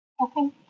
Okay